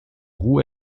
roux